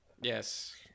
yes